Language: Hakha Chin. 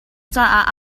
caah